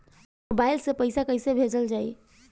Mobile से पैसा कैसे भेजल जाइ?